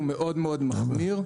הוא מאוד-מאוד מחמיר,